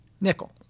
nickel